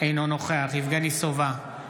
אינו נוכח יבגני סובה,